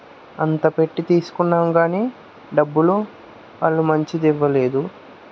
అంత పెట్టి తీసుకున్నాం కాని డబ్బులు వాళ్ళు మంచిది ఇవ్వలేదు